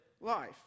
life